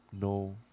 no